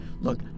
Look